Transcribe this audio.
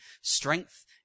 strength